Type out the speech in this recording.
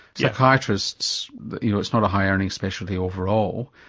psychiatrists, you know, it's not a high earning specialty overall,